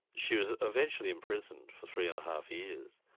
she was eventually imprisoned for three and a half years,